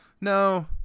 No